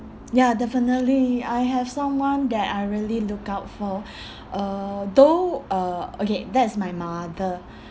ya definitely I have someone that I really look out for uh though uh okay that's my mother